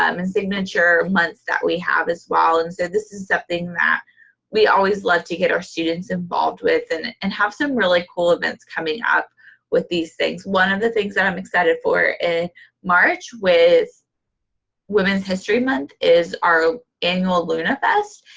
um and signature months that we have as well. and so, this is something that we always love to get our students involved with, and and have some really cool events coming up with these things. one of the things that i'm excited for in march with women's history month is our annual lunafest.